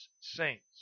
saints